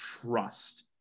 trust